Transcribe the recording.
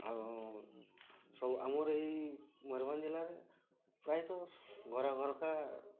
ଆଉ ସବୁ ଆମର ଏଇ ମୟୁରଭଞ୍ଜ ଜିଲ୍ଲାରେ ପ୍ରାୟତଃ ଘର ଘରେକା